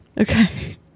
okay